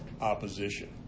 opposition